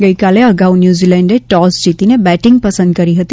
ગઈકાલે અગાઉ ન્યુઝીલેન્ડે ટોસ જીતીને બેટીંગ પસંદ કરી હતી